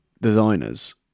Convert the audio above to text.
designers